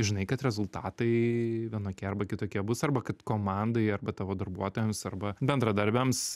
žinai kad rezultatai vienokie arba kitokie bus arba kad komandai arba tavo darbuotojams arba bendradarbiams